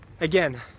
again